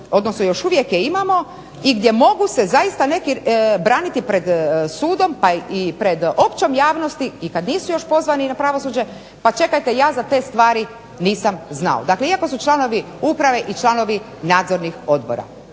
odnosno još uvijek je imamo i gdje mogu se zaista neki braniti pred sudom pa i pred općom javnosti i kad nisu još pozvani na pravosuđe, pa čekate ja za te stvari nisam znao, dakle iako su članovi uprave i članovi nadzornih odbora.